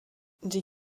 die